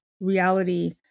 reality